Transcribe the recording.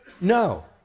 No